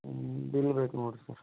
ಹ್ಞೂ ಬಿಲ್ ಬೇಕು ನೋಡ್ರಿ ಸ್